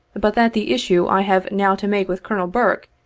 but that the issue i have now to make with colonel burke,